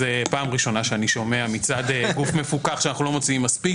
זו הפעם הראשונה שאני שומע מצד גוף מפוקח שאנחנו לא מוציאים מספיק.